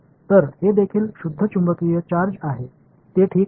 तर हे देखील शुद्ध चुंबकीय चार्ज आहे ते ठीक आहे